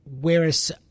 whereas